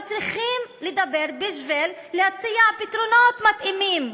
אבל צריכים לדבר בשביל להציע פתרונות מתאימים.